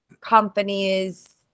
companies